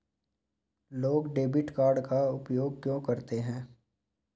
लोग debit card का उपयोग क्यों करते हैं?